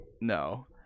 No